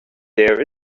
there